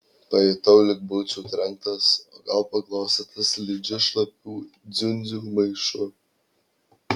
pajutau lyg būčiau trenktas o gal paglostytas slidžiu šlapių dziundzių maišu